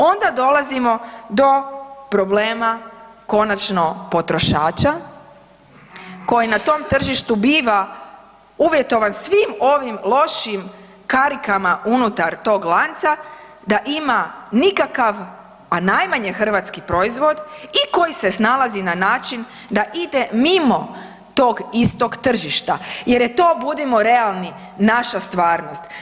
Onda dolazimo do problema konačno potrošača, koji na tom tržištu biva uvjetovan svim ovim lošim karikama unutar tog lanca da ima nikakav, a najmanje hrvatski proizvod i koji se snalazi na način da ide mimo tog istog tržišta, jer je to, budimo realni, naša stvarnost.